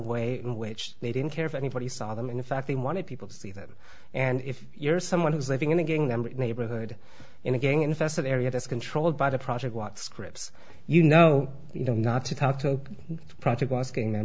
in which they didn't care if anybody saw them and in fact they wanted people to see them and if you're someone who's living in a gang member neighborhood in a gang infested area that's controlled by the project what scripts you know you know not to talk to project asking them